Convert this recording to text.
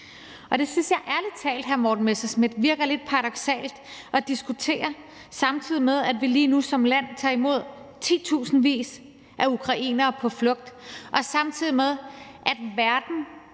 Og det synes jeg ærlig talt, hr. Morten Messerschmidt, virker lidt paradoksalt at diskutere, samtidig med at vi lige nu som land tager imod titusindvis af ukrainere på flugt, og samtidig med at verden